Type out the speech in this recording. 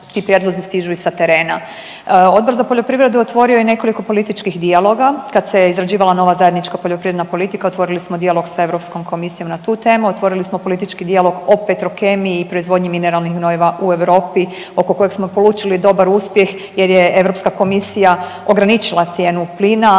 ti prijedlozi stižu i sa terena? Odbor za poljoprivredu otvorio je i nekoliko političkih dijaloga, kad se izrađivala nova zajednička poljoprivredna politika, otvorili smo dijalog sa EK-om na tu temu, otvorili smo politički dijalog o Petrokemiji i proizvodnji mineralnih gnojiva u Europi oko kojeg smo polučili dobar uspjeh jer je EK ograničila cijenu plina